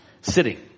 Sitting